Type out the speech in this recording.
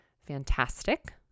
Fantastic